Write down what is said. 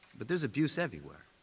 but there's abuse everywhere.